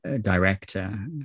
director